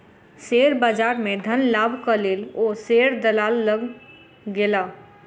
share बजार में धन लाभक लेल ओ शेयर दलालक लग गेला